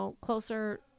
closer